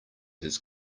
his